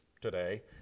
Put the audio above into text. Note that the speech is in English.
today